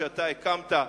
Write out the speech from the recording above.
שאתה הקמת,